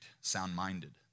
sound-minded